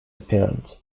apparent